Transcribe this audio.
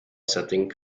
setting